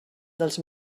dels